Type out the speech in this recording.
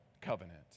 covenant